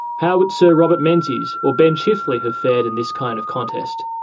how would sir robert menzies or ben chifley have fared in this kind of contest?